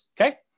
okay